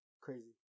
crazy